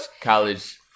College